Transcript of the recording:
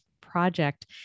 project